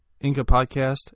incapodcast